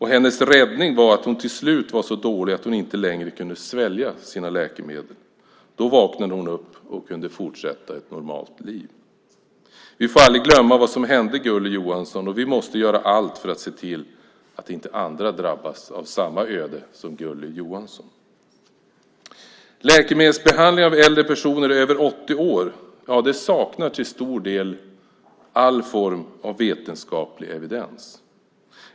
Hennes räddning var att hon till slut var så dålig att hon inte längre kunde svälja sina läkemedel. Då vaknade hon upp och kunde fortsätta ett normalt liv. Vi får aldrig glömma vad som hände Gulli Johansson. Vi måste göra allt för att se till att inte andra drabbas av samma öde som Gulli Johansson. Läkemedelsbehandling av äldre personer över 80 år saknar till stor del all form av vetenskaplig evidens.